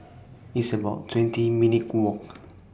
It's about twenty minutes' Walk